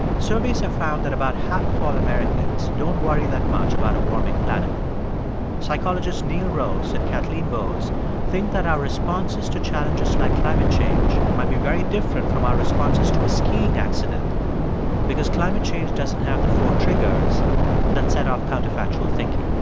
surveys have found that about half of all americans don't worry that much about a warming planet psychologist neal roese and kathleen vohs think that our responses to challenges like climate change might be very different from our responses to a skiing accident because climate change doesn't have the four triggers that set off counterfactual thinking.